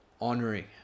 honoring